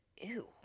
ew